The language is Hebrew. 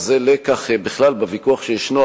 וזה לקח בכלל בוויכוח שישנו,